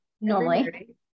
normally